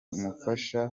umufasha